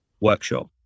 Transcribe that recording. workshop